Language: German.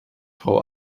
frau